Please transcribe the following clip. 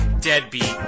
deadbeat